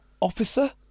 officer